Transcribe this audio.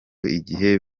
igihe